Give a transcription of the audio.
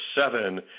seven